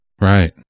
Right